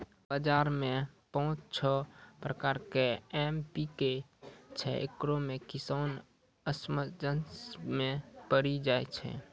बाजार मे पाँच छह प्रकार के एम.पी.के छैय, इकरो मे किसान असमंजस मे पड़ी जाय छैय?